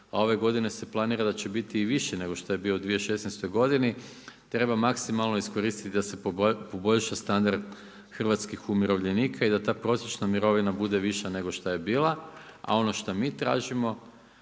a ove godine se planira da će biti i više nego što je bio nego što je bio u 2016. godini, treba maksimalno iskoristiti da se poboljša standard hrvatskih umirovljenika i da ta prosječna mirovina bude više nego šta je bila, a ono što mi tražimo